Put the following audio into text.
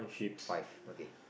five okay